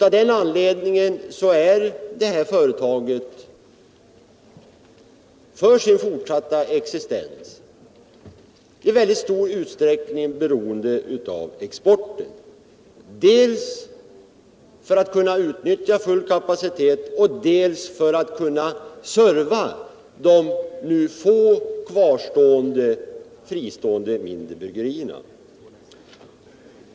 Av den anledningen är det här företaget för sin fortsatta existens i stor utsträckning beroende av exporten, dels för att kunna utnyttja full kapacitet, dels för att kunna serva de få kvarvarande mindre bryggerierna.